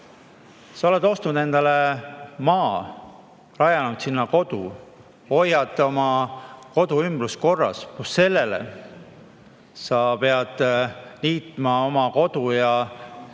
Sa oled ostnud endale maa, rajanud sinna kodu, hoiad oma koduümbruse korras, lisaks sellele pead niitma oma kodu ja